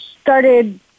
started